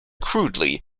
crudely